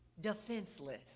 defenseless